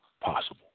possible